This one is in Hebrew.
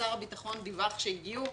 ששר הביטחון דיווח שהגיעו